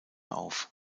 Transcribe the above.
auf